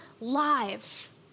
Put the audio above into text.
lives